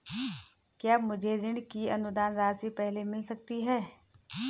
क्या मुझे ऋण की अनुदान राशि पहले मिल सकती है?